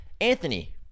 Anthony